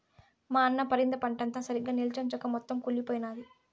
మా అన్న పరింద పంటంతా సరిగ్గా నిల్చొంచక మొత్తం కుళ్లిపోయినాది